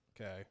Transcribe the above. Okay